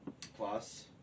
Plus